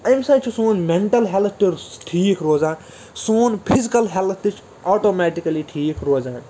اَمہِ سۭتۍ چھُ سون مینٹَل ہیلٕتھ تہِ ٹھیٖک روزان سون فِزِیکَل ہیلٕتھ تہِ چھِ آٹَوٗمیٹِکٕلی ٹھیٖک روزان